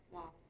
!wow!